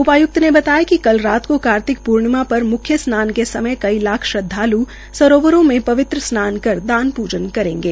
उपाय्क्त ने बताया कि कल रात की कार्तिक पूर्णिमा पर मुख्य स्नान के समय कई लाख श्रद्वाल् सरोवरों में पवित्र स्नान कर दान पूजन करेंगे